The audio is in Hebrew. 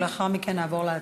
ולאחר מכן נעבור להצבעה.